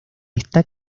está